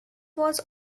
was